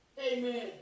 Amen